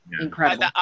incredible